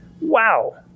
Wow